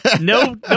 no